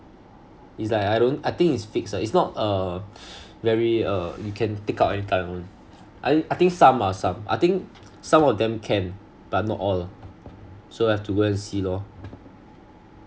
it's like I don't I think it's fixed lah it's not uh very uh you can take out anytime [one] I I think some ah some I think some of them can but not all so I have to go and see lor